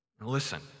Listen